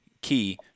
key